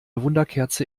wunderkerze